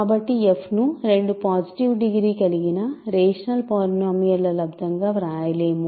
కాబట్టి f ను రెండు పాజిటివ్ డిగ్రీ కలిగిన రేషనల్ పాలినోమియల్ ల లబ్దం గా వ్రాయలేము